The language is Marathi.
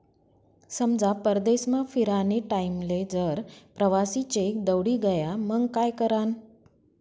समजा परदेसमा फिरानी टाईमले जर प्रवासी चेक दवडी गया मंग काय करानं?